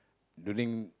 during